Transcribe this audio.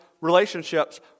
relationships